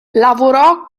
lavorò